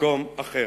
מקום אחר.